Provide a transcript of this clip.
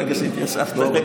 ברגע שהתיישבת על הכיסא.